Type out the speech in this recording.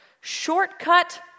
shortcut